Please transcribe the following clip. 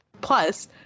Plus